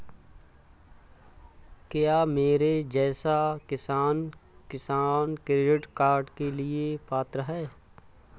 क्या मेरे जैसा किसान किसान क्रेडिट कार्ड के लिए पात्र है?